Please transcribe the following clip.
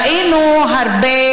ראינו הרבה